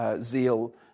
zeal